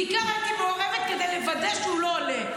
בעיקר הייתי מעורבת כדי לוודא שהוא לא עולה.